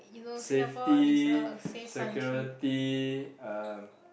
safety security uh